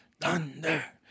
Thunder